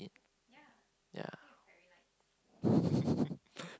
ya